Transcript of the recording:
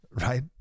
right